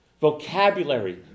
vocabulary